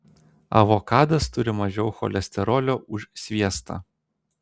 avokadas turi mažiau cholesterolio už sviestą